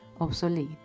obsolete